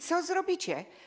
Co zrobicie?